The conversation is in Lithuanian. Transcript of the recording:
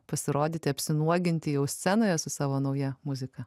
pasirodyti apsinuoginti jau scenoje su savo nauja muzika